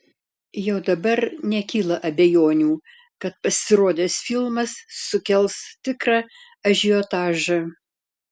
jau dabar nekyla abejonių kad pasirodęs filmas sukels tikrą ažiotažą